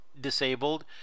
disabled